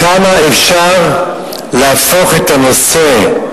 כמה אפשר להפוך את הנושא,